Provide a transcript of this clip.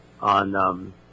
on